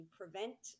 prevent